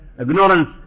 ignorance